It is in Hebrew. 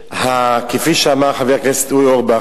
כפי שאמר חבר הכנסת אורבך,